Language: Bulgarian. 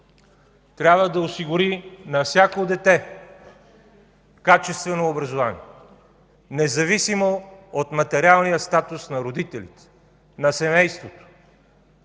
трябва да осигури на всяко дете качествено образование, независимо от материалния статус на родителите, на семейството;